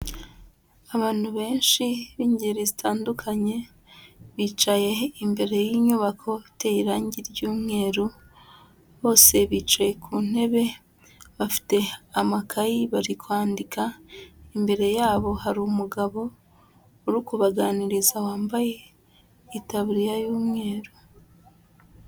Abantu benshi b'ingeri zitandukanye, bicaye imbere y'inyubako iteye irangi ry'umweru, bose bicaye ku ntebe, bafite amakayi bari kwandika, imbere yabo hari umugabo uri kubaganiriza wambaye itaburiya y'umweru.